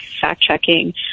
fact-checking